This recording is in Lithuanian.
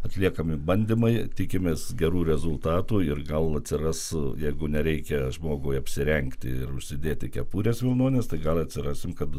atliekami bandymai tikimės gerų rezultatų ir gal atsiras jeigu nereikia žmogui apsirengti ir užsidėti kepurės vilnonės tai gal atrasim kad